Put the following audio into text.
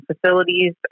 facilities